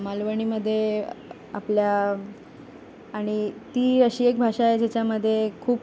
मालवणीमध्ये आपल्या आणि ती अशी एक भाषा आहे ज्याच्यामध्ये खूप